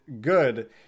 good